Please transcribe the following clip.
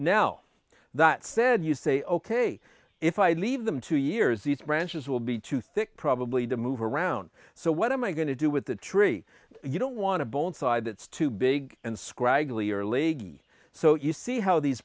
now that said you say ok if i leave them two years these branches will be too thick probably to move around so what am i going to do with the tree you don't want to bone side that's too big and scraggly or leg so you see how these